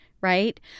right